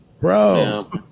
bro